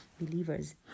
believers